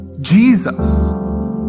Jesus